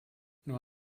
nur